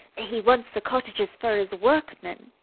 he wants the cottages for his workmen.